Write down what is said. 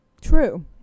True